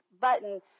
button